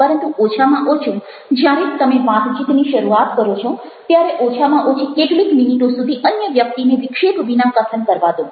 પરંતુ ઓછામાં ઓછું જ્યારે તમે વાતચીતની શરૂઆત કરો છો ત્યારે ઓછામાં ઓછી કેટલીક મિનિટો સુધી અન્ય વ્યક્તિને વિક્ષેપ વિના કથન કરવા દો